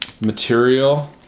material